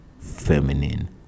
feminine